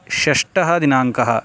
षष्टः दिनाङ्कः